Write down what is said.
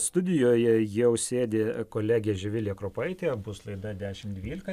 studijoje jau sėdi kolegė živilė kropaitė bus laida dešim dvylika